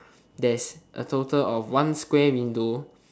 there's a total of one square window